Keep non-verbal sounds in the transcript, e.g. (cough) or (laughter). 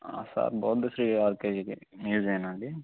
sir Bouddhasri (unintelligible) మీదేనా అండి